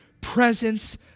presence